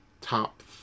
Top